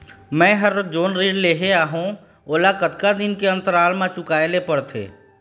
मैं हर जोन ऋण लेहे हाओ ओला कतका दिन के अंतराल मा चुकाए ले पड़ते?